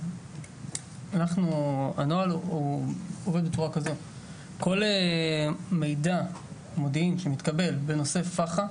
הנוהל הוא שכל מידע מודיעיני שמתקבל בנושא פח"ע,